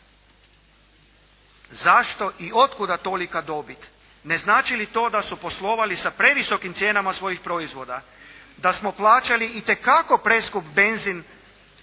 Zašto i od kuda tolika dobit? Ne znači li to da su poslovali sa previsokim cijenama svojih proizvoda, da smo plaćali itekako preskup benzin